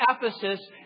Ephesus